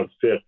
fit